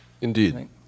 Indeed